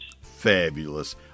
Fabulous